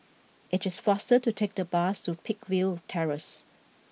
it is faster to take the bus to Peakville Terrace